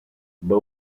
but